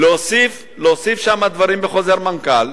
להוסיף דברים בחוזר המנכ"ל.